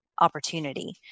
opportunity